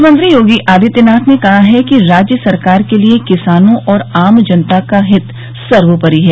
मुख्यमंत्री योगी आदित्यनाथ ने कहा है कि राज्य सरकार के लिए किसानों और आम जनता का हित सर्वोपरि है